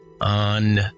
on